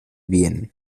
bien